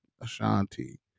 Ashanti